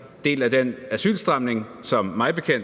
kritiserer en del af den asylstramning, som